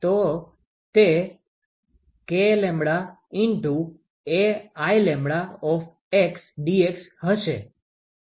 તો તે Kλ×AIλdx હશે